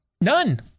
None